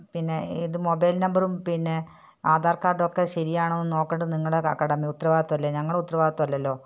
പിന്നെ ഇത് മൊബൈൽ നമ്പറും പിന്നെ ആധാർക്കാർഡുമൊക്കെ ശരിയാണോന്ന് നോക്കണ്ടത് നിങ്ങളുടെ കടമ ഉത്തരവാദിത്തവല്ലെ ഞങ്ങളുടെ ഉത്തരവാദിത്തവല്ലല്ലോ